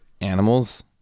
animals